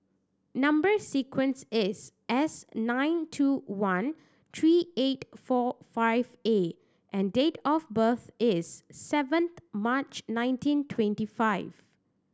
number sequence is S nine two one three eight four five A and date of birth is seven March nineteen twenty five